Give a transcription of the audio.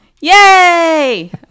Yay